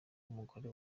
umugore